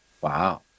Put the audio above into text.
Wow